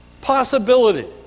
possibility